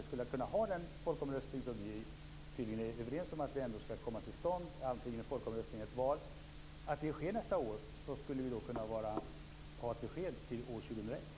Vi skulle kunna ha den folkomröstning vi tydligen är överens om nästa år. Då skulle vi kunna ha ett besked till år 2001.